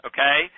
Okay